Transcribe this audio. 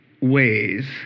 ways